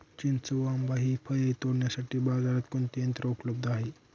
चिंच व आंबा हि फळे तोडण्यासाठी बाजारात कोणते यंत्र उपलब्ध आहे?